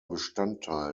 bestandteil